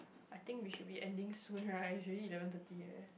I think we should be ending soon right it's already eleven thirty leh